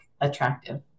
attractive